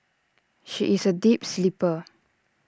she is A deep sleeper